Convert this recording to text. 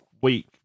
week